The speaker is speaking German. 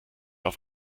auf